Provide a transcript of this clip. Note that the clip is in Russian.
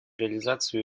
реализацию